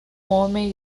homem